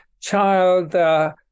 child